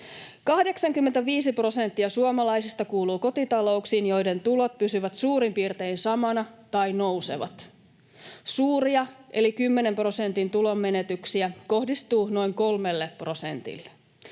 85 prosenttia suomalaisista kuuluu kotitalouksiin, joiden tulot pysyvät suurin piirtein samana tai nousevat. Suuria eli 10 prosentin tulonmenetyksiä kohdistuu noin kolmelle prosentille.